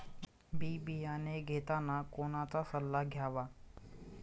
बी बियाणे घेताना कोणाचा सल्ला घ्यावा?